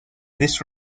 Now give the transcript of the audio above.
this